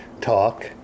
talk